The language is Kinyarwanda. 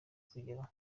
kugeraho